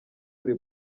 buri